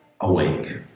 awake